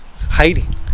Hiding